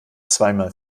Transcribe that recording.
zweimal